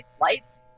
lights